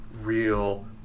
real